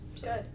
Good